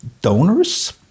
donors